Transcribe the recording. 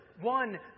one